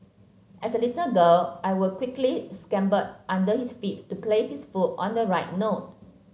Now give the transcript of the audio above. as a little girl I would quickly scamper under his feet to place his foot on the right note